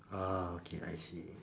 ah okay I see